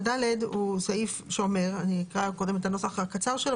אני אקרא קודם את הנוסח הקצר של סעיף